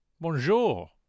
Bonjour